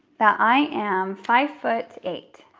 that i am five foot eight.